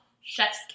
chef's